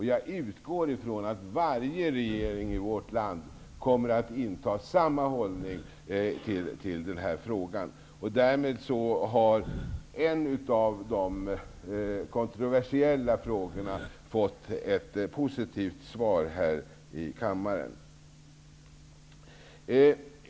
Jag utgår från att varje regering i vårt land kommer att inta samma hållning i denna fråga. Därmed har en av de kontroversiella frågorna fått ett positivt svar här i kammaren.